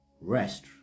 rest